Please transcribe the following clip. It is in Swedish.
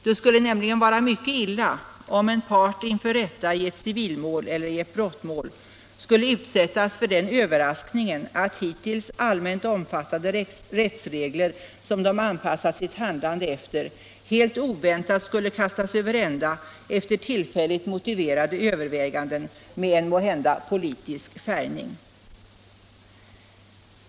Det skulle nämligen vara mycket illa om en part inför rätta i ett civilmål eller ett brottmål skulle utsättas för den överraskningen att hittills allmänt omfattade rättsregler, som man anpassat sitt handlande efter, helt oväntat skulle kastas över ända efter tillfälligt motiverade överväganden med en måhända politisk färgning.